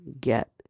get